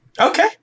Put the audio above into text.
Okay